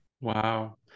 Wow